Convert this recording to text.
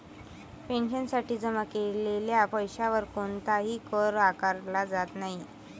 पेन्शनसाठी जमा केलेल्या पैशावर कोणताही कर आकारला जात नाही